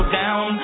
down